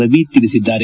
ರವಿ ತಿಳಿಸಿದ್ದಾರೆ